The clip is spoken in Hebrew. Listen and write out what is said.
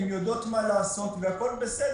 הם יודעים מה לעשות והכול בסדר.